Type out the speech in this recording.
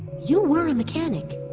you were a mechanic,